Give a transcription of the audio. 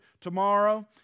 tomorrow